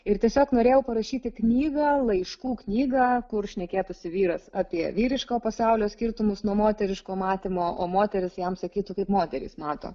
ir tiesiog norėjau parašyti knygą laiškų knygą kur šnekėtųsi vyras apie vyriško pasaulio skirtumus nuo moteriško matymo o moteris jam sakytų kaip moteris mato